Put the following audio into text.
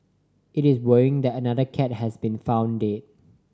it is worrying that another cat has been found dead